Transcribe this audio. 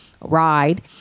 ride